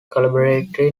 collaborator